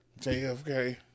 JFK